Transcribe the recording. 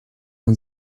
man